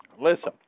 listen